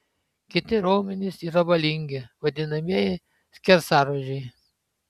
kiti raumenys yra valingi vadinamieji skersaruožiai